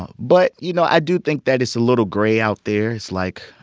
ah but you know, i do think that it's a little gray out there. it's, like,